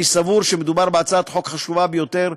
אני סבור שמדובר בהצעת חוק חשובה ביותר,